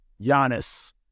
Giannis